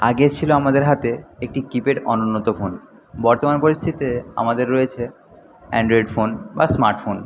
আগে ছিল আমাদের হাতে একটি কিপ্যাড অনুন্নত ফোন বর্তমান পরিস্থিতিতে আমাদের রয়েছে অ্যান্ড্রয়েড ফোন বা স্মার্টফোন